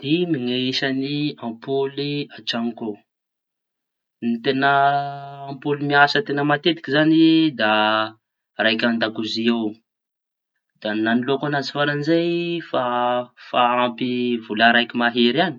Dimy ny isañy ampoly an-trañoko ao. Ny teña ampola miasa teña matetiky zañy da raiky an-dakozia ao. Da ny nañoloako añazy farañy zay efa ampy efa ampy vola raiky mahery añy.